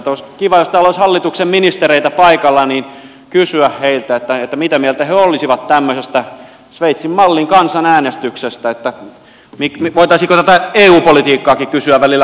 olisi kiva jos täällä olisi hallituksen ministereitä paikalla kysyä heiltä mitä mieltä he olisivat tämmöisestä sveitsin mallin kansanäänestyksestä voitaisiinko tätä eu politiikkaakin kysyä välillä kansalta